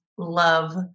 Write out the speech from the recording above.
Love